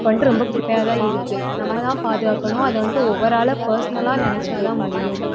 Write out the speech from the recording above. இப்போ வந்துட்டு ரொம்ப குப்பையாக தான் இருக்குது நம்ம தான் பாதுகாக்கணும் அதை வந்துட்டு ஒவ்வொரு ஆளாக பர்ஸ்னலாக நினச்சா தான் முடியும்